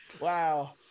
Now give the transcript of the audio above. Wow